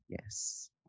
Yes